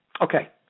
okay